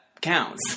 counts